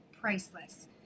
priceless